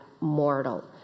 mortal